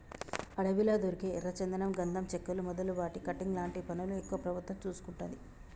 అడవిలా దొరికే ఎర్ర చందనం గంధం చెక్కలు మొదలు వాటి కటింగ్ లాంటి పనులు ఎక్కువ ప్రభుత్వం చూసుకుంటది